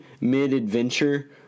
Mid-adventure